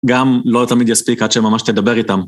גם לא תמיד יספיק עד שממש תדבר איתם.